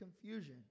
confusion